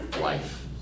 life